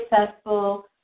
successful